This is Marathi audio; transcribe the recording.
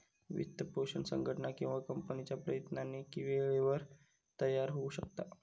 वित्तपोषण संघटन किंवा कंपनीच्या प्रयत्नांनी वेळेवर तयार होऊ शकता